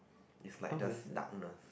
it's like just darkness